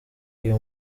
iyo